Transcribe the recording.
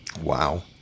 Wow